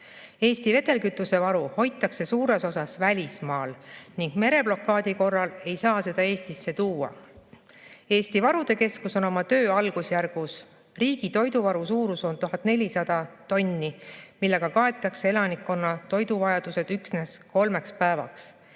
Eesti vedelkütusevaru hoitakse suures osas välismaal ning mereblokaadi korral ei saa seda Eestisse tuua. Eesti Varude Keskus on oma töö algusjärgus. Riigi toiduvaru suurus on 1400 tonni, millega kaetakse elanikkonna toiduvajadused üksnes kolmeks päevaks.